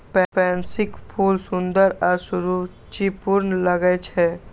पैंसीक फूल सुंदर आ सुरुचिपूर्ण लागै छै